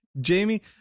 Jamie